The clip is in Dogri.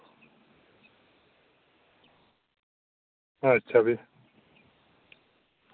अच्छा फिर